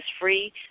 free